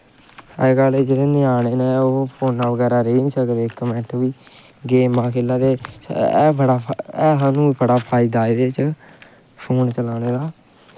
अजकल्ल जेह्ड़े ञ्यानें न ओह् फोनै बगैरा रेही नेईं सकदे इक मिंट बी गेमां खेला दे हैं बड़ा फैदा ऐ सानूं एह्दे च फोन चलाने दा